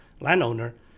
landowner